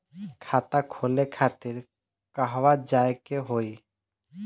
खाता खोले खातिर कहवा जाए के होइ?